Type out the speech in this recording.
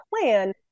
plan